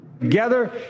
Together